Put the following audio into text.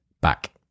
back